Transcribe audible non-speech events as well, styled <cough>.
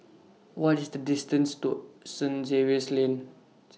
What IS The distance to Saint <unintelligible> Lane